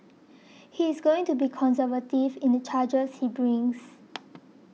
he is going to be conservative in the charges he brings